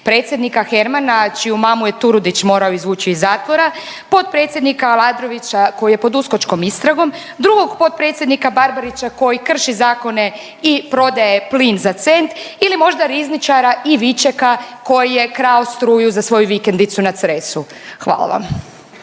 Predsjednika Hermana čiju mamu je Turudić morao izvući iz zatvora, potpredsjednika Aladrovića koji je pod uskočkom istragom, drugog potpredsjednika Barbarića koji krši zakone i prodaje plin za cent ili možda rizničara Ivičeka koji je krao struju za svoju vikendicu na Cresu. Hvala vam.